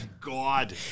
God